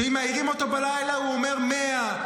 שאם מעירים אותו בלילה הוא אומר 100,